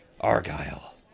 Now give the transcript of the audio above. Argyle